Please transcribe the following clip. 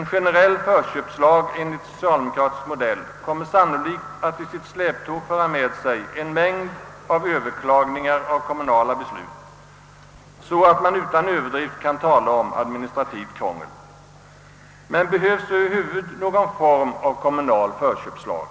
En generell förköpslag enligt socialdemokratisk modell kommer sannolikt att i släptåg få en mängd överklagningar av kommunala beslut, så att man utan överdrift kommer att kunna tala om administrativt krångel. Men behövs då över huvud taget någon kommunal förköpslag?